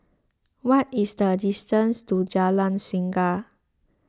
what is the distance to Jalan Singa